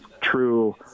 true